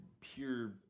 pure